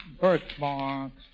Birthmarks